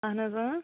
اہن حظ اۭں